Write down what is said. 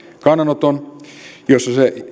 kannanoton jossa se